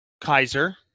Kaiser